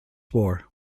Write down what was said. war